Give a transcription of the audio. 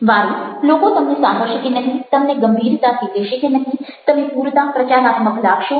વારુ લોકો તમને સાંભળશે કે નહિ તમને ગંભીરતાથી લેશે કે નહિ તમે પૂરતા પ્રચારાત્મક લાગશો